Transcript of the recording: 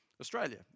Australia